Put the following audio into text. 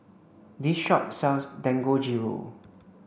this shop sells Dangojiru